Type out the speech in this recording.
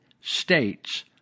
States